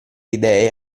idee